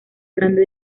grande